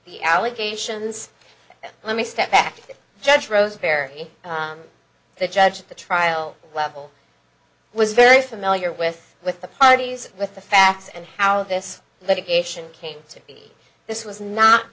the allegations let me step back to judge roseberry the judge at the trial level was very familiar with with the parties with the facts and how this litigation came to be this was not